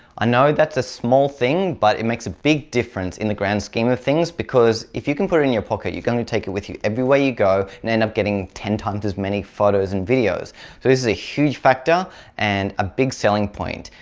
i know that's a small thing but it makes a big difference in the grand scheme of things because if you can put it in your pocket you can and take it with you everywhere you go and end up getting ten x as many photos and videos so this is a huge factor and a big selling point.